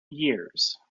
years